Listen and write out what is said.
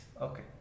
Okay